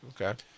Okay